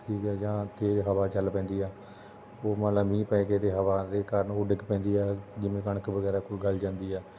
ਠੀਕ ਹੈ ਜਾਂ ਤੇਜ਼ ਹਵਾ ਚੱਲ ਪੈਂਦੀ ਆ ਉਹ ਮਤਲਬ ਮੀਂਹ ਪੈ ਕੇ ਅਤੇ ਹਵਾ ਦੇ ਕਾਰਨ ਉਹ ਡਿੱਗ ਪੈਂਦੀ ਆ ਜਿਵੇਂ ਕਣਕ ਵਗੈਰਾ ਕੋਈ ਗਲ ਜਾਂਦੀ ਆ